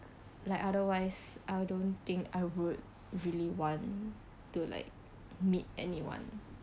like otherwise I don't think I would really want to like meet anyone